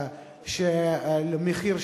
על מחיר.